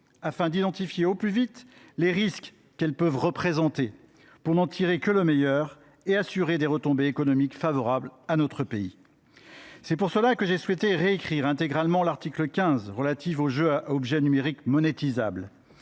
afin d’identifier au plus vite les risques qu’elles peuvent représenter, pour n’en tirer que le meilleur et assurer des retombées économiques favorables à notre pays. C’est pour cela que j’ai souhaité réécrire intégralement l’article 15 relatif aux jeux à objets numériques monétisables